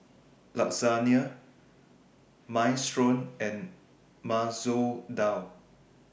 Lasagne Minestrone and Masoor Dal